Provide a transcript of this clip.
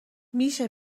میشه